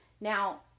Now